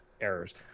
errors